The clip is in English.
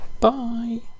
Bye